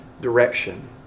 direction